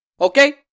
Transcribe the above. Okay